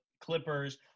Clippers